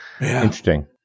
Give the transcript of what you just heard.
Interesting